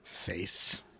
face